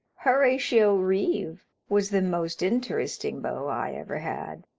horatio reeve was the most interesting beau i ever had.